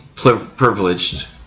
Privileged